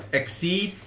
exceed